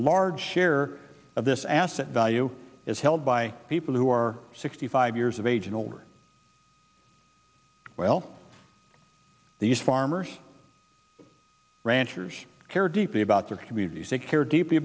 large share of this asset value is held by people who are sixty five years of age and older well these farmers ranchers care deeply about their communities they care deeply